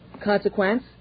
consequence